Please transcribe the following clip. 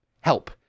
help